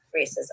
racism